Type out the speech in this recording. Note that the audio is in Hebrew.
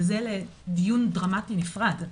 אבל זה לדיון דרמטי נפרד.